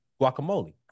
guacamole